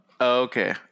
Okay